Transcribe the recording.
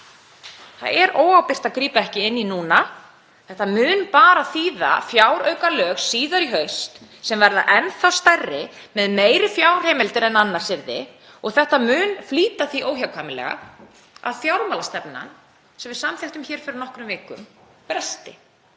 Það er óábyrgt að grípa ekki inn í núna. Þetta mun bara þýða fjáraukalög síðar í haust sem verða enn stærri með meiri fjárheimildir en annars yrði og þetta mun óhjákvæmilega flýta því að fjármálastefnan sem við samþykktum fyrir nokkrum vikum bresti